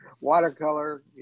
watercolor